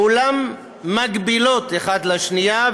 כולן מקבילות אחת לשנייה,